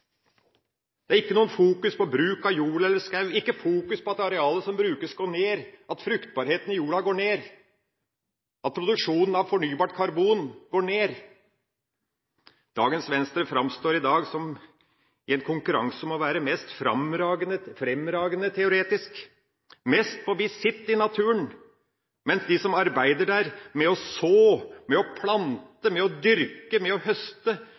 Det er ikke noe fokus på bruk av jord eller skog, ikke fokus på at størrelsen på arealet som brukes, går ned, at fruktbarheten i jorda går ned, at produksjonen av fornybart karbon går ned. Dagens Venstre framstår i en konkurranse om å være mest fremragende teoretisk, mest på visitt i naturen, mens de som arbeider der, med å så, med å plante, med å dyrke og høste,